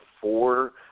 four